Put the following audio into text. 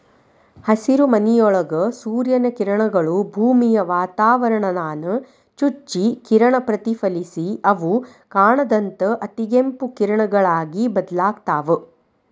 ಹಸಿರುಮನಿಯೊಳಗ ಸೂರ್ಯನ ಕಿರಣಗಳು, ಭೂಮಿಯ ವಾತಾವರಣಾನ ಚುಚ್ಚಿ ಕಿರಣ ಪ್ರತಿಫಲಿಸಿ ಅವು ಕಾಣದಂತ ಅತಿಗೆಂಪು ಕಿರಣಗಳಾಗಿ ಬದಲಾಗ್ತಾವ